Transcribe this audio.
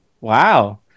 Wow